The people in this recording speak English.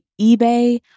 eBay